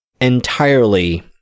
entirely